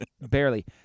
Barely